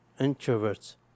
Introverts